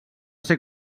ser